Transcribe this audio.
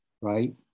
right